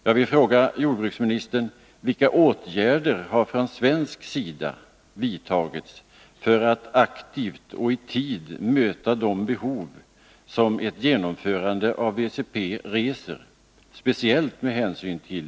andra luftföroreningar än svavel andra luftföroreningar än svavel